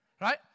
Right